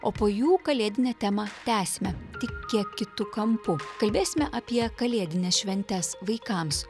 o po jų kalėdinę temą tęsime tik kiek kitu kampu kalbėsime apie kalėdines šventes vaikams